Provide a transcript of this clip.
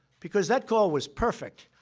because that call was perfect.